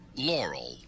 Laurel